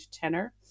tenor